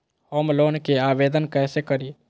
Home loan के आवेदन कैसे करि?